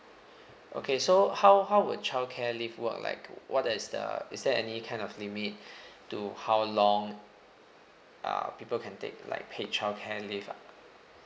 okay so how how will childcare leave work like what is uh is there any kind of limit to how long uh people can take like paid childcare leave